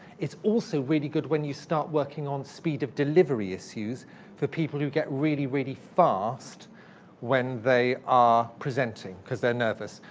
it's also really good when you start working on speed of delivery issues for people who get really, really fast when they are presenting, because they're nervous.